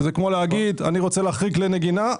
שזה כמו להגיד: אני רוצה להחריג כלי נגינה,